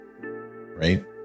Right